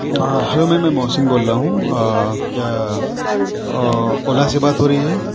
hello ma'am میں محسن بول رہا ہوں کیا اولا سے بات ہو رہی ہے